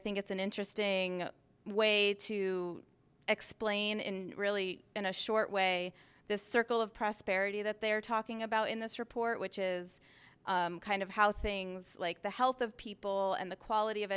think it's an interesting way to explain in really in a short way this circle of prosperity that they're talking about in this report which is kind of how things like the health of people and the quality of